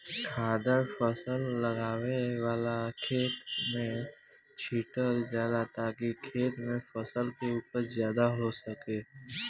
खादर फसल लगावे वाला खेत में छीटल जाला ताकि खेत में फसल के उपज ज्यादा हो सके